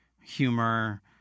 humor